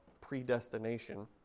predestination